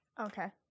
Okay